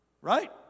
right